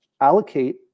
allocate